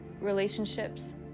relationships